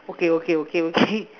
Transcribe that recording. okay okay okay okay